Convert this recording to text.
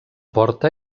porta